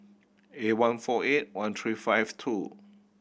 eight one four eight one three five two